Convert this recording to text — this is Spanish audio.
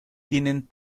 tienen